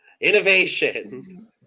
innovation